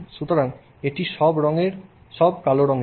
সুতরাং এটি সব কালো রঙের